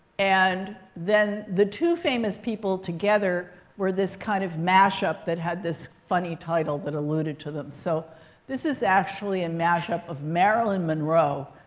and then, the two famous people together were this kind of mash-up that had this funny title that alluded to them. so this is actually a mash-up of marilyn monroe.